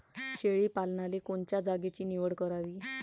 शेळी पालनाले कोनच्या जागेची निवड करावी?